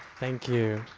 thank you.